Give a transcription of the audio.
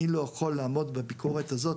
אני לא יכול לעמוד בביקורת הזאת,